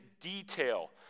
detail